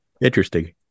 Interesting